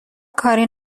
کاری